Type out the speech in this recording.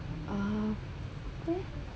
uh